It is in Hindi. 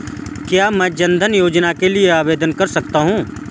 क्या मैं जन धन योजना के लिए आवेदन कर सकता हूँ?